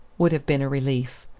would have been a relief.